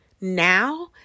now